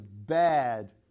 bad